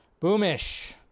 Boomish